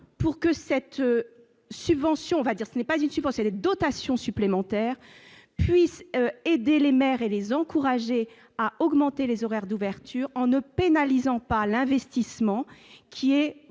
pour cette dotation supplémentaire puisse aider les mères et les encourager à augmenter les horaires d'ouverture en ne pénalisant pas l'investissement qui est